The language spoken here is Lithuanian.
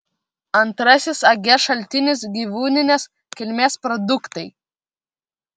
antrasis age šaltinis gyvūninės kilmės produktai